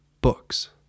books